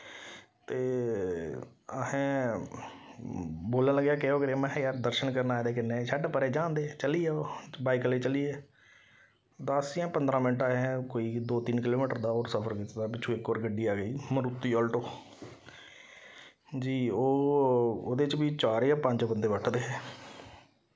ते अहें बोलन लगेआ केह् हो करियै महां यार दर्शन करने आए दे करने छड्ड परें जान दे चली गेआ ओह् बाईक आह्ले चली गे दस जां पंदरां मैन्ट अहें कोई दो तिन्न किलोमीटर दा होर सफर कीता दा हा पिच्छूं इक होर गड्डी आई गेई मरूती आल्टो जी ओह् ओह्दे च बी चार जां पंज बंदे बैठे दे हे